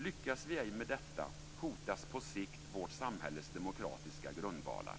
Lyckas vi ej med detta hotas på sikt vårt samhälles demokratiska grundvalar.